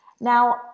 Now